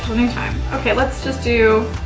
a new time. okay, let's just do